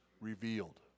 revealed